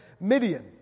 Midian